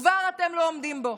אתם כבר לא עומדים בו.